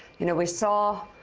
you know, we saw,